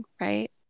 right